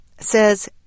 says